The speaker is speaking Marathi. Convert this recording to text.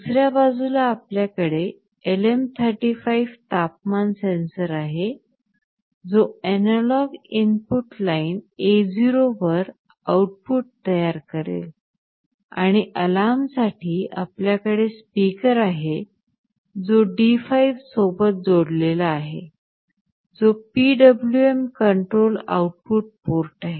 दुसऱ्या बाजूला आपल्याकडे LM35 तापमान सेन्सर आहे जो एनालॉग इनपुट लाइन A0 वर आउटपुट तयार करेल आणि अलार्मसाठी आपल्याकडे स्पीकर आहे जो D5 सोबत जोडलेला आहे जो PWM कंट्रोल आउटपुट पोर्ट आहे